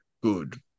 good